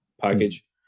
package